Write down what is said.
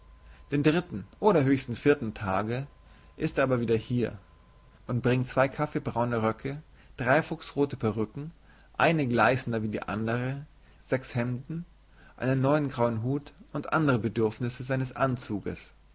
den dritten oder höchstens vierten tag ist er aber wieder hier und bringt zwei kaffeebraune röcke drei fuchsrote perücken eine gleißender wie die andere sechs hemden einen neuen grauen hut und andere bedürfnisse seines anzuges